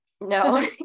no